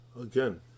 again